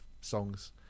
songs